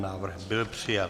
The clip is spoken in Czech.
Návrh byl přijat.